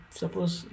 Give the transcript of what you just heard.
suppose